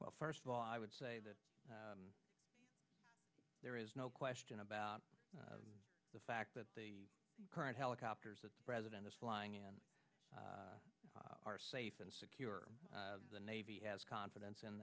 well first of all i would say that there is no question about the fact that the current helicopters that the president is flying in are safe and secure the navy has confidence in